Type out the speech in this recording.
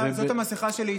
זאת המסכה שלי.